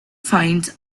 finds